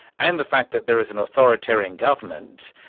and the fact that there is an authoritarian government,